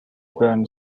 bernd